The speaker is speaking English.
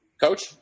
Coach